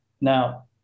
Now